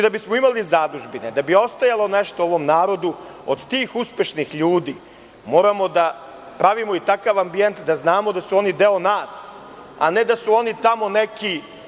Da bismo imali zadužbine, da bi ostajalo nešto ovom narodu od tih uspešnih ljudi moramo da pravimo i takav ambijent da znamo da su oni deo nas, a ne da su oni tamo neki.